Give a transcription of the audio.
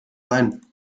sein